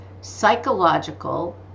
psychological